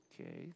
Okay